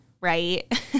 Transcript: Right